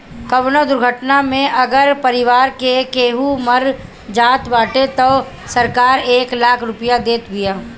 कवनो दुर्घटना में अगर परिवार के केहू मर जात बाटे तअ सरकार एक लाख रुपिया देत बिया